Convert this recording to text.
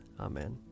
Amen